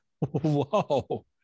whoa